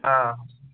آ